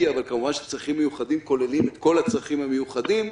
אבל כמובן שצרכים מיוחדים כוללים את כל הצרכים המיוחדים,